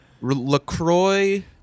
LaCroix